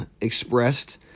expressed